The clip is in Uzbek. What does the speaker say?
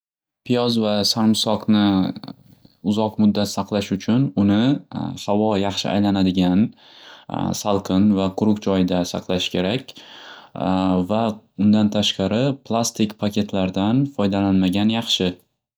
Piyoz va sarimsoqni uzoq muddat saqlash uchun uni havo yaxshi aylanadigan salqin va quruq joyda saqlash kerak va undan tashqari plastik paketlardan foydalanmagan yaxshi.